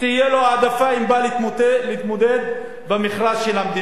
העדפה אם הוא בא להתמודד במכרז של המדינה.